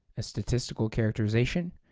a statistical characterization,